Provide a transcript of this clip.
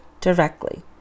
directly